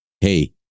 hey